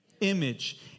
image